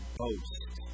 boast